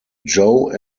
joe